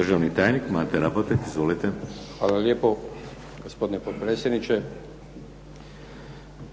Državni tajnik Mate Raboteg. Izvolite. **Raboteg, Mate** Hvala lijepo gospodine potpredsjedniče.